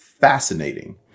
fascinating